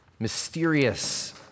mysterious